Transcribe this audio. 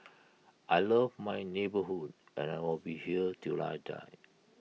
I love my neighbourhood and I will be here till I die